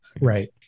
right